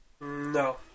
No